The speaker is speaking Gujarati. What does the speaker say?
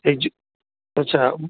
એક જ અચ્છા